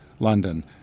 London